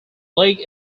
lake